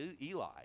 Eli